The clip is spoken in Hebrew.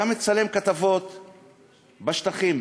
היה מצלם כתבות בשטחים,